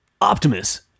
Optimus